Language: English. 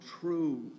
true